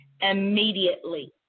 immediately